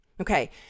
Okay